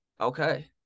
Okay